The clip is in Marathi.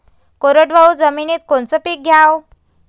कोरडवाहू जमिनीत कोनचं पीक घ्याव?